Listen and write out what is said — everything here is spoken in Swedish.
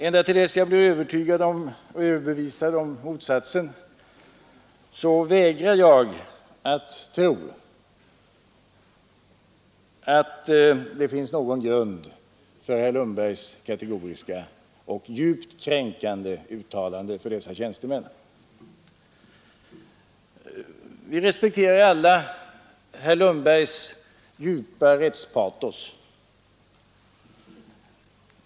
Ända till dess jag blir överbevisad om motsatsen vägrar jag att tro att det finns någon grund för herr Lundbergs kategoriska och djupt kränkande uttalande mot dessa tjänstemän. Vi respekterar alla herr Lundbergs djupa rättspatos.